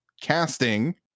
casting